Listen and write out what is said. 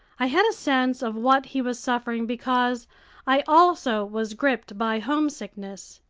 i had a sense of what he was suffering because i also was gripped by homesickness.